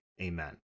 Amen